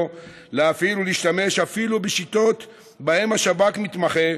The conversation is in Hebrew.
להפעיל ולהשתמש אפילו בשיטות שבהן השב"כ מתמחה,